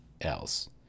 else